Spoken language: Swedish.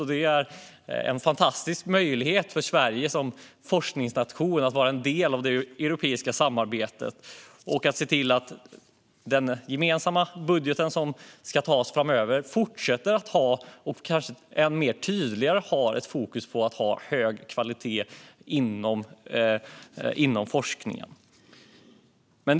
Det är en fantastisk möjlighet för Sverige, som forskningsnation, att vara en del av det europeiska samarbetet och att se till att den gemensamma budget som ska antas framöver fortsätter att ha - och det kanske kan bli ännu tydligare - fokus på hög kvalitet inom forskningen.